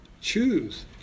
Choose